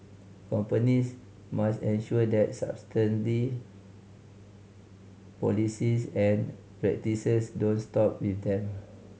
companies must ensure that sustainable policies and practices don't stop with them